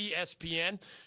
ESPN